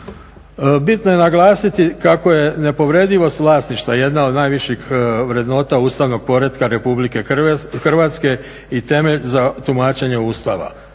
Bitno je naglasiti kako je nepovredivost vlasništva jedna od najviših vrednota Ustavnog poretka RH i temelj za tumačenje sustava.